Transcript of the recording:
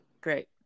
Great